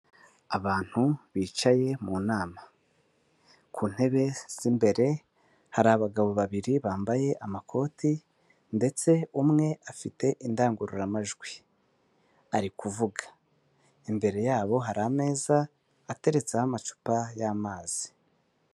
Abantu bicaye mu nama, ku ntebe z'imbere hari abagabo babiri bambaye amakoti ndetse umwe afite indangururamajwi ari kuvuga, imbere yabo hari ameza ateretseho amacupa y'amazi.